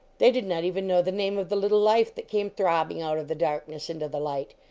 they did not even know the name of the little life that came throbbing out of the darkness into the light.